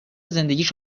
زندگیش